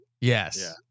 Yes